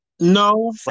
No